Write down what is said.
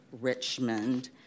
Richmond